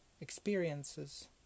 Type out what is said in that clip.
experiences